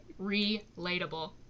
Relatable